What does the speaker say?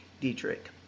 Dietrich